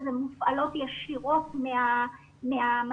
אז הן מופעלות ישירות מהמטה,